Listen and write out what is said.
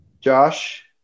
Josh